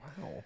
Wow